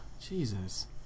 Jesus